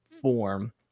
form